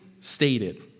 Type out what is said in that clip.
stated